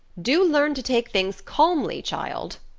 do learn to take things calmly, child.